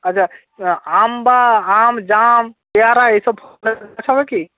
আচ্ছা আম বা আম জাম পেয়ারা এসব ফলের গাছ হবে কি